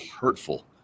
hurtful